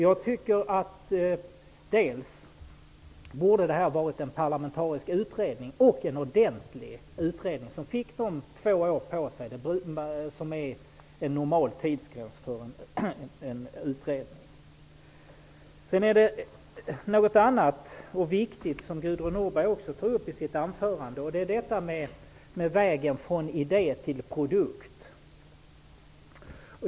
Jag tycker att detta skall genomföras som en ordentlig parlamentarisk utredning som skall få de två år på sig som är den normala tidsgränsen för en utredning. Gudrun Norberg tar också upp något annat som är viktigt, nämligen frågan om vägen från idé till produkt.